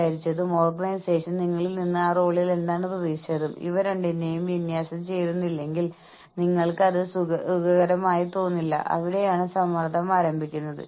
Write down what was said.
ലാഭം പങ്കിടലും ഓർഗനൈസേഷനുവേണ്ടിയുള്ള പ്രോത്സാഹനത്തിന്റെ പങ്കിടലും തമ്മിലുള്ള വ്യത്യാസങ്ങൾ പട്ടികപ്പെടുത്താൻ ശ്രമിക്കുക നിങ്ങൾ എന്താണ് കൊണ്ടുവരുന്നതെന്ന് നമുക്ക് നോക്കാം